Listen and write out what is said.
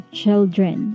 children